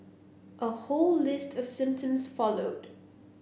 a whole list of symptoms followed